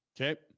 Okay